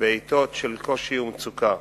בעתות של קושי ומצוקה.